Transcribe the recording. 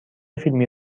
فیلمی